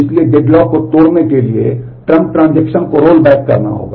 इसलिए डेडलॉक को रोलबैक करना होगा